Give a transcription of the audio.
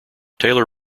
taylor